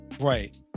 Right